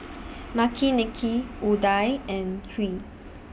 Makineni Udai and Hri